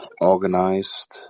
organized